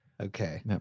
Okay